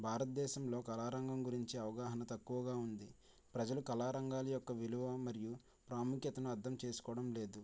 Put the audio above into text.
భారతదేశంలో కళారంగం గురించి అవగాహన తక్కువగా ఉంది ప్రజలు కళారంగాలు యొక్క విలువ మరియు ప్రాముఖ్యతను అర్థం చేసుకోవడం లేదు